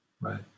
Right